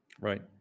Right